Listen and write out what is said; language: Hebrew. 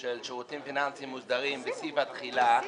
של שירותים פיננסיים מוסדרים בסעיף התחילה,